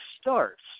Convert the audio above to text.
starts